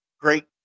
great